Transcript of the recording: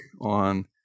on